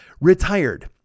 Retired